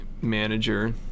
manager